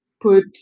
put